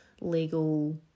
legal